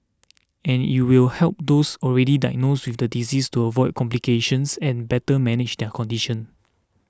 and it will help those already diagnosed with the disease to avoid complications and better manage their condition